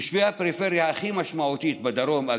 אגב, תושבי הפריפריה הכי משמעותית, בדרום,